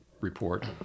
report